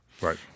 Right